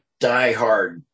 diehard